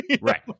Right